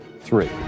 three